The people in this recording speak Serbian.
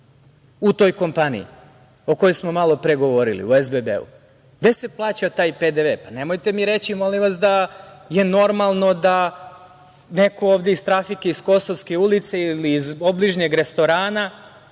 u toj kompaniji o kojoj smo malopre govorili, o SBB. Gde se plaća taj PDV? Nemojte mi reći, molim vas, da je normalno da neko ovde iz trafike iz Kosovske ulice ili iz obližnjeg restorana